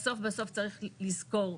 בסוף צריך לזכור,